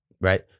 Right